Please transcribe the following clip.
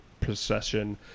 procession